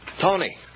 Tony